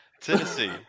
Tennessee